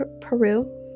Peru